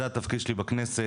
זה התפקיד שלי בכנסת.